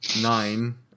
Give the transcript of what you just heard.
Nine